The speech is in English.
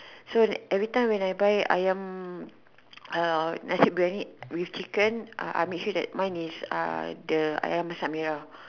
so every time when I buy Ayam uh nasi-biryani with chicken I make sure it's the Ayam-Masak-Merah